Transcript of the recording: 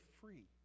free